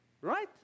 right